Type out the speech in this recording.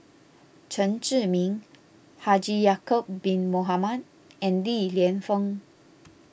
Chen Zhiming Haji Ya'Acob Bin Mohamed and Li Lienfung